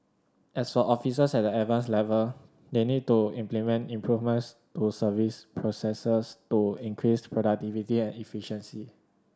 as for officers at the Advanced level they need to implement improvements to service processes to increase productivity and efficiency